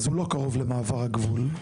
אז הוא לא קרוב למעבר הגבול.